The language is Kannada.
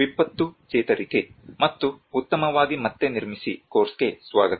ವಿಪತ್ತು ಚೇತರಿಕೆ ಮತ್ತು ಉತ್ತಮವಾಗಿ ಮತ್ತೆ ನಿರ್ಮಿಸಿ ಕೋರ್ಸ್ಗೆ ಸ್ವಾಗತ